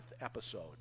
episode